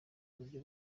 uburyo